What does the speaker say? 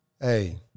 Hey